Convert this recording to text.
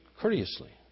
courteously